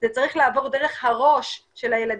זה צריך לעבוד דרך הראש של הילדים,